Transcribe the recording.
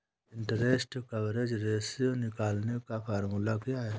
Interest coverage ratio निकालने का formula क्या है?